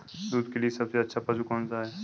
दूध के लिए सबसे अच्छा पशु कौनसा है?